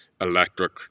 Electric